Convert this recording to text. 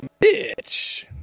Bitch